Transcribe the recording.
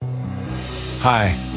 Hi